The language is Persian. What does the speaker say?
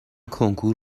کنکور